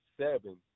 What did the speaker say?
seven